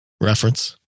reference